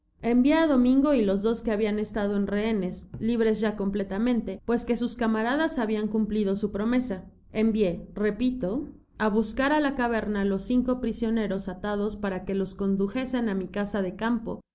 envie á domingo y los dos que habian estado en reheoes libres ya completamente pues que sus camaradas habian cumplido su promesa envié repito á buscar á la caverna los cinco prisioneros atados para que ios condujesen á mi casa de campo y